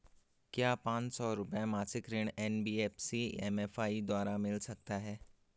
क्या पांच सौ रुपए मासिक ऋण एन.बी.एफ.सी एम.एफ.आई द्वारा मिल सकता है?